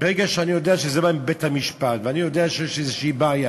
ברגע שאני יודע שזה בא מבית-המשפט ואני יודע שיש איזו בעיה